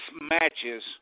matches